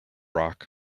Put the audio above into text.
rock